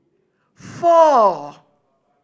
four